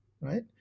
right